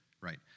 right